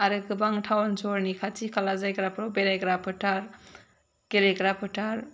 आरो गोबां टाउन सहरनि खाथि खाला जायगाबो बेरायग्रा फोथार गेलेग्रा फोथार